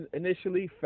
initially